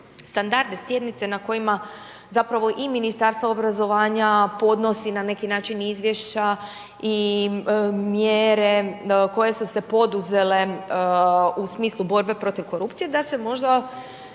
standarde sjednice na kojima zapravo i Ministarstvo obrazovanja podnosi na neki način izvješća, i mjere koje su se poduzele u smislu borbe protiv korupcije da se možda